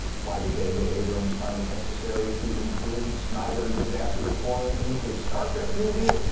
why did j j. abrams find it necessary to include snyder disaster porn in his star trek movie?